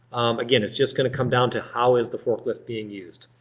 again it's just gonna come down to how is the forklift being used?